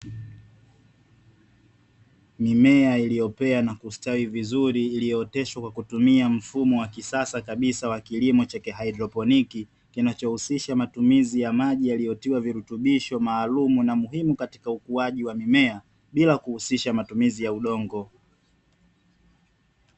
Mimea iliyopea na kustawi vizuri iliyooteshwa kwa kutumia mfumo wa kisasa kabisa wa kilimo cha kihaidroponi, kinachohusisha matumizi ya maji yaliyotiwa virutuisho maalumu na muhimu, katika ukuaji wa mimea bila kuhusisha matumizi ya udongo.